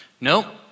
Nope